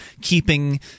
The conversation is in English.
keeping